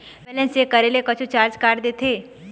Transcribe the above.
Balance check करें कुछू charge काट देथे?